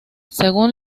según